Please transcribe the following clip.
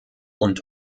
und